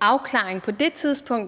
afklaring,